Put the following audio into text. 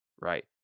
Right